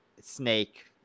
Snake